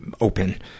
open